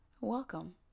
Welcome